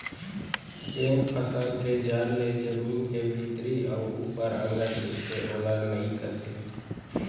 जेन फसल के जर ले जमीन के भीतरी अउ ऊपर अंगत रइथे ओला नइई कथें